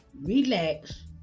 relax